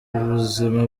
ubuzima